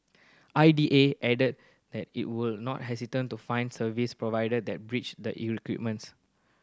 I D A added that it will not hesitate to fine service provider that breach the requirements